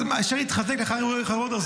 הצורך התחזק לאחר אירועי חרבות ברזל.